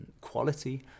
quality